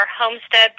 homestead